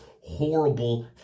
horrible